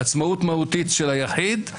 עצמאות מהותית של היחיד,